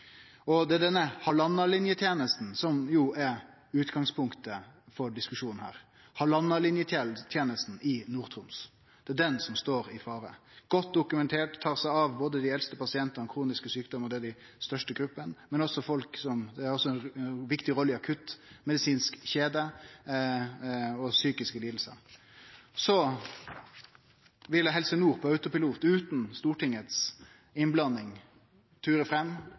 og det er denne halvannalinjetenesta i Nord-Troms som står i fare. Det er godt dokumentert at dei tar seg av både dei eldste pasientane og dei med kroniske sjukdommar, som er dei største gruppene, men dei har også ei viktig rolle i ei akuttmedisinsk kjede og når det gjeld psykiske lidingar. Så ville Helse Nord på autopilot utan Stortingets innblanding ture fram